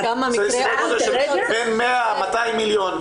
סדרי גודל של בין 100-200 מיליון,